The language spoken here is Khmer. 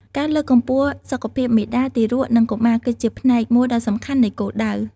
ការលើកកម្ពស់សុខភាពមាតា ទារក និងកុមារគឺជាផ្នែកមួយដ៏សំខាន់នៃគោលដៅ។